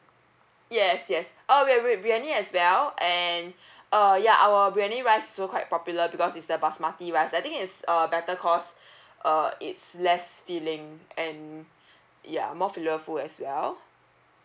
yes yes oh wait wait briyani as well and uh ya our briyani rice were quite popular because it's the basmati rice I think it's uh better cause uh it's less filling and ya more filler food as well